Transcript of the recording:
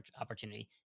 opportunity